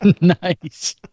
Nice